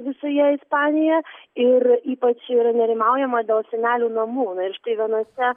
visoje ispanijoje ir ypač yra nerimaujama dėl senelių namų na ir štai vienuose